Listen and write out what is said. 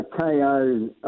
KO